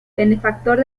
benefactor